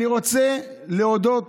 אני רוצה להודות